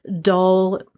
dull